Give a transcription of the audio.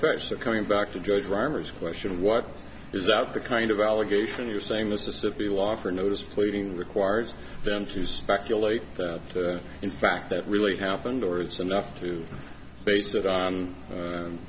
fetched that coming back to judge armors question what is that the kind of allegation you're saying mississippi law for notice pleading requires them to speculate that in fact that really happened or it's enough to base it on